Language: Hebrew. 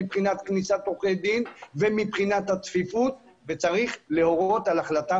בעניין כניסת עורכי דין ובעניין הצפיפות וצריך להורות על החלטה